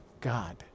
god